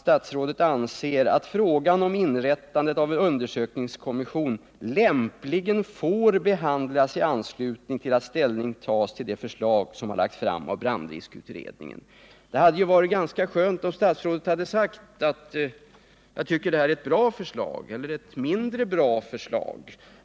Statsrådet anser att ”frågan om inrättandet av en undersökningskommission lämpligen får behandlas i anslutning till att ställning tas till de förslag som har lagts fram av brandriskutredningen”. Det hade varit ganska skönt om statsrådet sagt att han tyckte att det här var ett bra förslag eller ett mindre bra förslag.